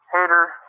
hater